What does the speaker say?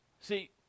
See